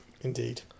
Indeed